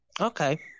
Okay